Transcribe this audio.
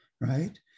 right